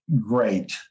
great